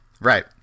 Right